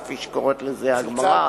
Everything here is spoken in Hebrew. כפי שקוראת לזה הגמרא.